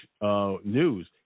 news